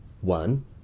One